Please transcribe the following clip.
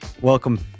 welcome